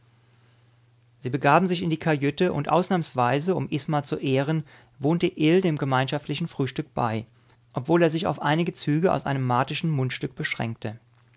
sie begaben sich in die kajüte und ausnahmsweise um isma zu ehren wohnte ill dem gemeinschaftlichen frühstück bei obwohl er sich auf einige züge aus einem martischen mundstück beschränkte